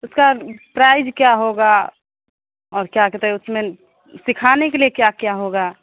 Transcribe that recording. उसका प्राइज क्या होगा और क्या कहते हैं उसमेन सिखाने के लिए क्या क्या होगा